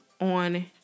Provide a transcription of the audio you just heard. on